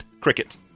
cricket